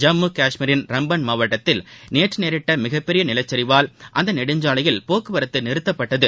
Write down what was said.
ஜம்மு கஷ்மீரின் ரம்பன் மாவட்டத்தில் நேற்று நேரிட்ட மிகப்பெரிய நிலச்சரிவால் அந்த நெடுஞ்சாலையில் போக்குவரத்து நிறுத்தப்பட்டது